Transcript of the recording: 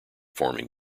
forming